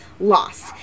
loss